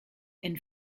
and